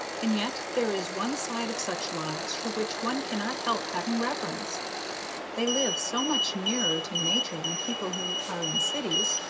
and yet there is one side of such lives for which one cannot help having reverence they live so much nearer to nature than people who are in cities,